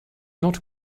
not